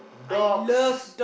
dogs